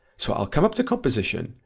so i'll come up to composition,